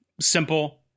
simple